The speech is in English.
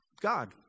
God